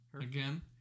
again